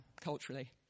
culturally